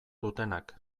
dutenak